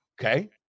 Okay